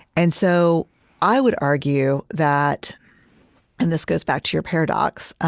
and so i would argue that and this goes back to your paradox